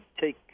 take